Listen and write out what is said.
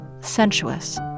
sensuous